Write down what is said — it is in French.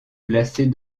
placées